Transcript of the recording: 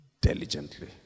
diligently